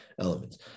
elements